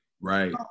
Right